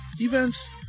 events